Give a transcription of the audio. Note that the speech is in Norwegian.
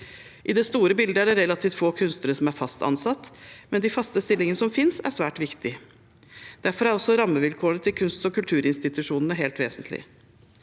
I det store bildet er det relativt få kunstnere som er fast ansatt, men de faste stillingene som finnes, er svært viktige. Derfor er også rammevilkårene til kunst- og kulturinstitusjonene helt vesentlige.